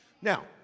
Now